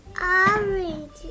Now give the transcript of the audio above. Orange